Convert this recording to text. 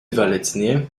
valentigney